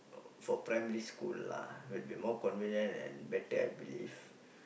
for primary school lah will be more convenient and better I believe